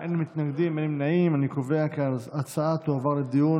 ההצעות הדחופות